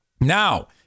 now